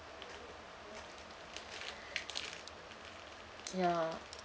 ya